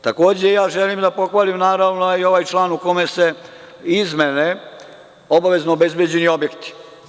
Takođe, želim da pohvalim ovaj član u kome su izmene obavezno obezbeđeni objekti.